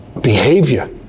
behavior